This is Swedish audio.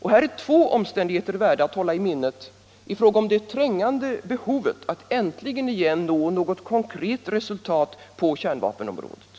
Och här är två omständigheter värda att hålla i minnet i fråga om det trängande behovet att äntligen igen nå något konkret nedrustnings resultat på kärnvapenområdet.